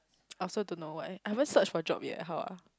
I also don't know why I haven't search for job yet how ah